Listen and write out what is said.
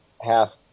Half